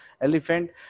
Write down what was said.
elephant